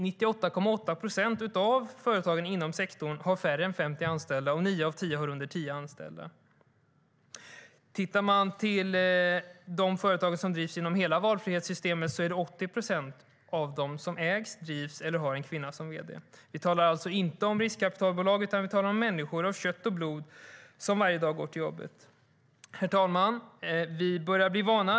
98,8 procent av företagen inom sektorn har färre än 50 anställda, och nio av tio har under tio anställda. Bland de företag som drivs inom valfrihetssystemet är det 80 procent som ägs eller drivs av en kvinna eller har en kvinna som vd. Vi talar alltså inte om riskkapitalbolag, utan om människor av kött och blod som varje dag går till jobbet. Herr talman! Vi börjar bli vana.